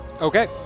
Okay